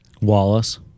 Wallace